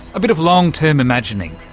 a bit of long-term imagining.